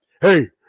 hey